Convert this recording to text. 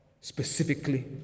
specifically